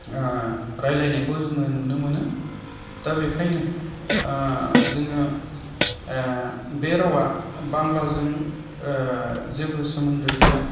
रायज्लायनायखौ जोङो नुनो मोनो दा बेनिखायनो जोङो बे रावा बांलाजों जेबो सोमोन्दो गैया